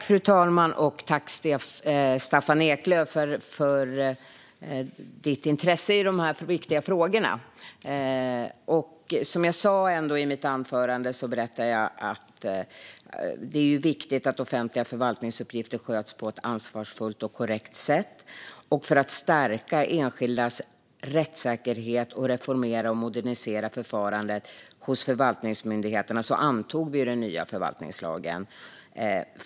Fru talman! Jag tackar Staffan Eklöf för hans intresse i dessa viktiga frågor. Som jag sa i mitt anförande är det viktigt att offentliga förvaltningsuppgifter sköts på ett ansvarsfullt och korrekt sätt, och för att stärka enskildas rättssäkerhet och reformera och modernisera förfarandet hos förvaltningsmyndigheterna antog vi den nya förvaltningslagen.